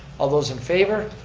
all those in favor?